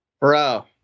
Bro